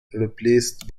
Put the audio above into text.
replaced